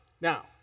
now